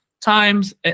times